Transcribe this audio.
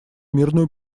мирную